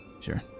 Sure